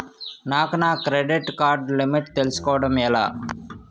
నాకు నా credit card limit తెలుసుకోవడం ఎలా?